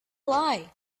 lie